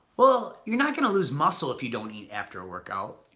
well, you're not going to lose muscle if you don't eat after a workout,